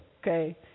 Okay